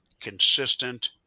consistent